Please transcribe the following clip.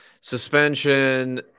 suspension